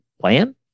Plan